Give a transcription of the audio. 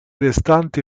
restanti